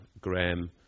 Graham